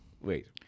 Wait